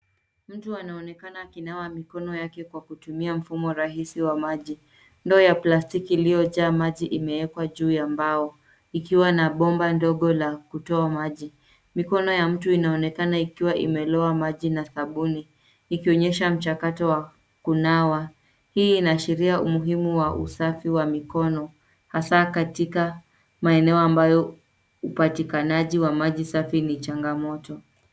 Mtu anaonekana akinawa mikono yake kwa kutumia mfumo rahisi wa maji. Ndoo ya plastiki iliyojaa maji imewekwa juu ya mbao. Ikiwa na bomba ndogo la kutoa maji. Mikono ya mtu inaonekana ikiwa imeloa maji na sabuni. Ikionyesha mchakato wa kunawa. Hii inaashiria umuhimu wa usafi wa mikono, hasaa katika maeneo ambayo upatikanaji wa maji safi ni changamoto.